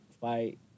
fight